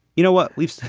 you know what we've seen.